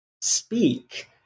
speak